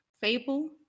Fable